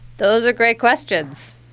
those are great questions